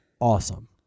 awesome